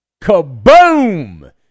kaboom